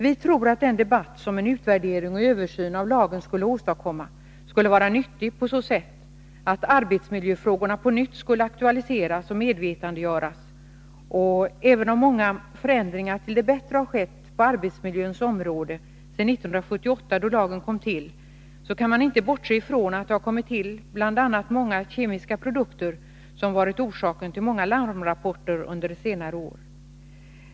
Vi tror att den debatt som en utvärdering och översyn av lagen skulle åstadkomma skulle vara nyttig på så sätt att arbetsmiljöfrågorna på nytt skulle aktualiseras och medvetandegöras. Även om många förändringar till det bättre har skett på arbetsmiljöns område sedan 1978, då lagen kom till, kan man inte bortse ifrån att det kommit till bl.a. många kemiska produkter, som varit orsaken till många larmrapporter under senare år.